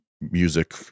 music